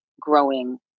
growing